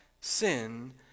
sin